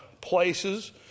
places